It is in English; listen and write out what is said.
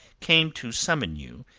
came to summon you,